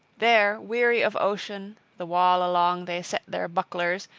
there, weary of ocean, the wall along they set their bucklers,